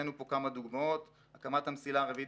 הבאנו פה כמה דוגמאות: הקמת המסילה הרביעית